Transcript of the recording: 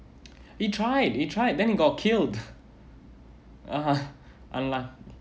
he tried he tried then he got killed (uh huh) uh lah